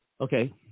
Okay